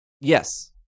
Yes